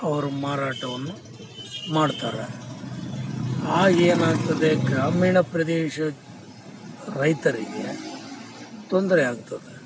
ಅವರು ಮಾರಾಟವನ್ನು ಮಾಡ್ತಾರೆ ಆಗೇನಾಗ್ತದೆ ಗ್ರಾಮೀಣ ಪ್ರದೇಶ ರೈತರಿಗೆ ತೊಂದರೆ ಆಗ್ತದೆ